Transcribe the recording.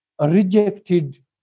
rejected